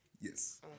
yes